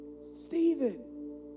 Stephen